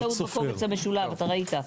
בקובץ המשולב, אתה ראית.